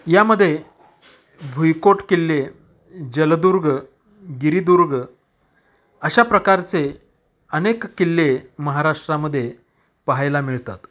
यामध्ये भुईकोट किल्ले जलदुर्ग गिरीदुर्ग अशा प्रकारचे अनेक किल्ले महाराष्ट्रामध्ये पाहायला मिळतात